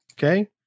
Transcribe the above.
Okay